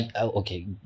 okay